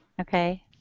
Okay